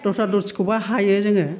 दस्रा दस्रिखौबा हायो जोङो